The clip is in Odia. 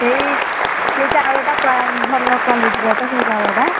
ସେହି ସେହି ଚାଉଳଟା କ୍ଵା ଭଲ କ୍ଵାଲିଟିର ତ ସେହି ଚାଉଳଟା